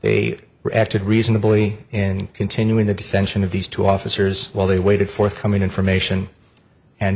they were acted reasonably in continuing the dissension of these two officers while they waited forthcoming information and